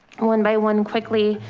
one by one quickly,